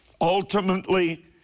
ultimately